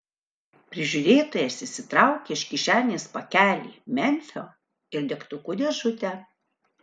prižiūrėtojas išsitraukė iš kišenės pakelį memfio ir degtukų dėžutę